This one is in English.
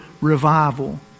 revival